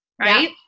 right